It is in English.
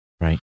right